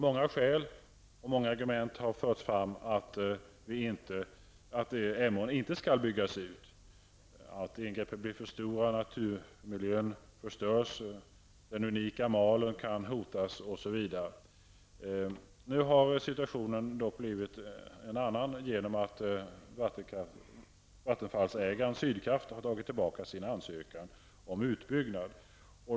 Många skäl och argument har förts fram att Emån inte skall byggas ut, att ingreppen blir för stora och naturmiljön förstörs, den unika malen kan hotas osv. Nu har situationen dock blivit en annan genom att vattenfallsägaren Sydkraft har tagit tillbaka sin ansökan om utbyggnad.